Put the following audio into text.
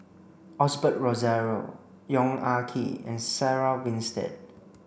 Osbert Rozario Yong Ah Kee and Sarah Winstedt